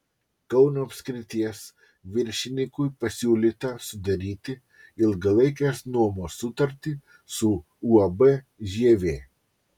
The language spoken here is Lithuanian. kauno apskrities viršininkui pasiūlyta sudaryti ilgalaikės nuomos sutartį su uab žievė